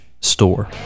store